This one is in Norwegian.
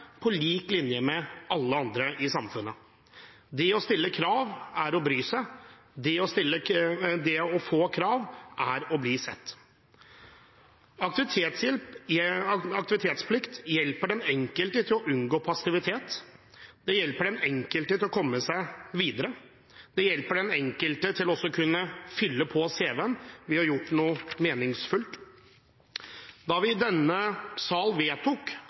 på lik linje med alle andre i samfunnet. Det å stille krav er å bry seg, det å bli stilt krav til er å bli sett. Aktivitetsplikt hjelper den enkelte til å unngå passivitet, det hjelper den enkelte til å komme seg videre, det hjelper den enkelte til å kunne fylle på CV-en ved å ha gjort noe meningsfullt. Da vi i denne salen vedtok